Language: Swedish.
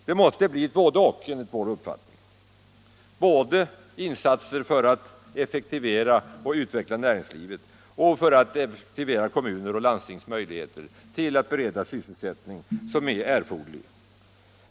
Det måste bli ett både-och, enligt vår uppfattning —- insatser både för att effektivera och utveckla näringslivet och för att effektivera kommuners och landstings möjligheter att bereda erforderlig sysselsättning.